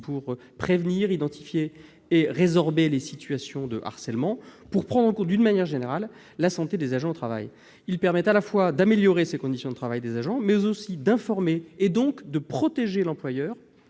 pour prévenir, identifier et résorber les situations de harcèlement ; pour prendre en compte, de manière générale, la santé des agents au travail. Les CHSCT permettent à la fois d'améliorer les conditions de travail des agents et d'informer, et donc de protéger l'employeur,